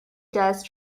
dust